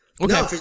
Okay